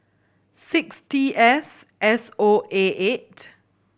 six T S S O A eight